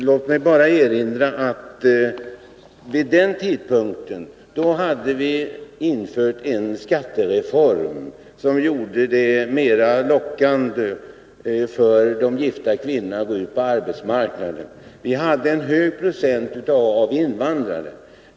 Låt mig bara erinra om att vi vid denna tidpunkt hade genomfört en skattereform, som gjorde det mera lockande för de gifta kvinnorna att gå ut på arbetsmarknaden. Vi hade en hög procent av invandrare.